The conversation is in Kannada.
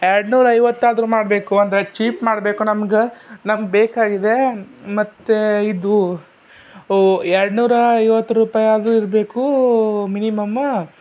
ಎರಡುನೂರು ಐವತ್ತಾದರು ಮಾಡಬೇಕು ಅಂದರೆ ಚೀಪ್ ಮಾಡಬೇಕು ನಮ್ಗೆ ನಮ್ಗೆ ಬೇಕಾಗಿದೆ ಮತ್ತು ಇದು ಎರಡುನೂರ ಐವತ್ತು ರೂಪಾಯಾದರೂ ಇರಬೇಕು ಮಿನಿಮಮ್ಮ